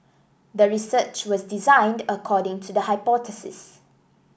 the research was designed according to the hypothesis